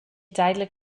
tijdelijk